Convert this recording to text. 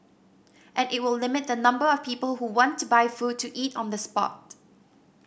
and it will limit the number of people who want to buy food to eat on the spot